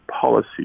policy